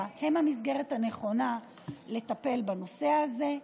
הן המסגרת הנכונה לטפל בנושא הזה.